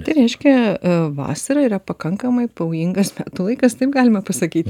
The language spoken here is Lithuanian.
tai reiškia vasara yra pakankamai pavojingas metų laikas taip galima pasakyti